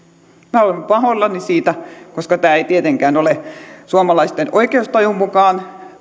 minä olen pahoillani siitä koska tämä ei tietenkään ole suomalaisten oikeustajun mukaan